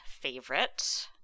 favorite